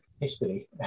history